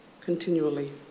continually